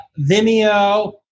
Vimeo